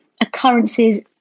occurrences